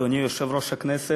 אדוני יושב-ראש הכנסת,